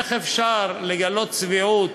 איך אפשר לגלות צביעות,